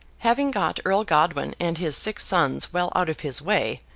having got earl godwin and his six sons well out of his way,